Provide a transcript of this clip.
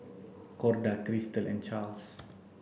Corda Cristal and Charles